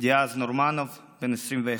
דיאז נורמנוב, בן 21,